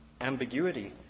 ambiguity